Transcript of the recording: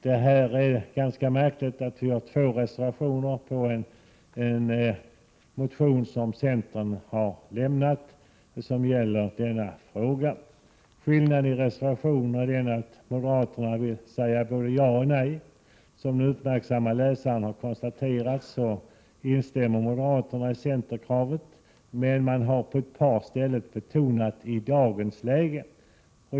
Det är ganska märkligt att vi har två reservationer till en motion som centern har lämnat i denna fråga. Skillnaden mellan reservationerna är att moderaterna både vill säga ja och nej. Som den uppmärksamme läsaren har konstaterat instämmer moderaterna i centerkravet i stort. På ett par ställen har de emellertid betonat ”i dagens läge”.